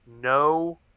no